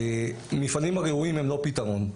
המפעלים הראויים הם לא פתרון.